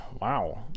wow